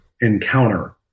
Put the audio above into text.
encounter